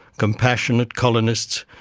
compassionate colonists,